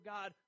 God